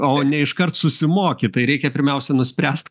o ne iškart susimoki tai reikia pirmiausia nuspręst